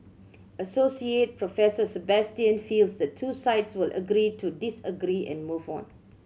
Assoc Professor Sebastian feels the two sides will agree to disagree and move on